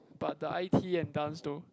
but the i_t and dance though